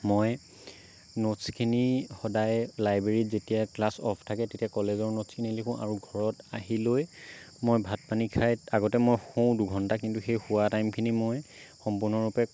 মই ন'ট্চখিনি সদায় লাইবেৰীত যেতিয়া ক্লাছ অ'ফ থাকে তেতিয়া কলেজৰ ন'ট্চখিনি লিখো আৰু ঘৰত আহি লৈ মই ভাত পানী খাই আগতে মই শু দুঘণ্টা সেই শুৱা টাইমখিনি মই সম্পূৰ্ণৰূপে